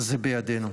זה בידינו.